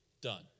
done